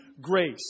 grace